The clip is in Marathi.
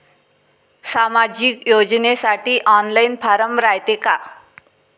सामाजिक योजनेसाठी ऑनलाईन फारम रायते का?